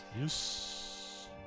Yes